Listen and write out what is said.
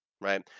right